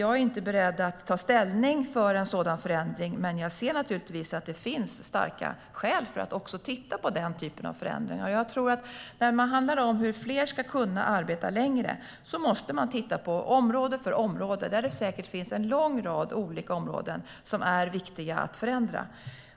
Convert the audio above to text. Jag är inte beredd att ta ställning för en sådan förändring, men jag ser naturligtvis att det finns starka skäl att titta på den typen av förändringar. När det handlar om hur fler ska kunna arbeta längre måste man titta på område för område. Det finns säkert en lång rad olika områden som är viktiga att förändra.